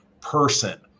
person